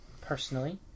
personally